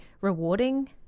rewarding